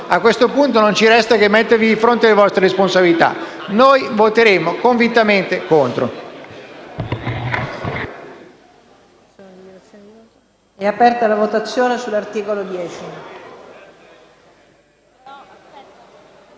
A questo punto, non ci resta che mettervi di fronte alle vostre responsabilità. Il nostro sarà un voto convintamente contrario.